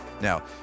Now